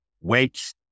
Wait